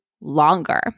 longer